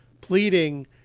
pleading